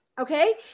Okay